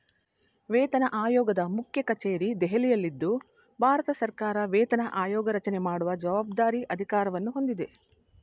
ವೇತನಆಯೋಗದ ಮುಖ್ಯಕಚೇರಿ ದೆಹಲಿಯಲ್ಲಿದ್ದು ಭಾರತಸರ್ಕಾರ ವೇತನ ಆಯೋಗರಚನೆ ಮಾಡುವ ಜವಾಬ್ದಾರಿ ಅಧಿಕಾರವನ್ನು ಹೊಂದಿದೆ